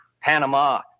Panama